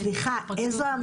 לא, לא, סליחה, איזו המלצה?